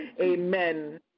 Amen